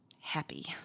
happy